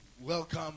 welcome